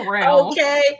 Okay